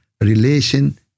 relation